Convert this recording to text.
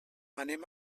anem